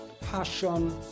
passion